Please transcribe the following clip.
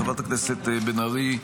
אני אשיב לחברת הכנסת בן ארי.